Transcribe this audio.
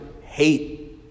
hate